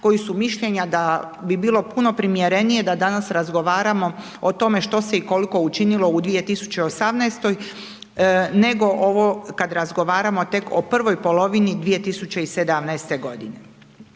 koji su mišljenja da bi bilo puno primjerenije da danas razgovaramo o tome što se i koliko učinilo u 2018. nego ovo kad razgovaramo tek o prvoj polovini 2017. g.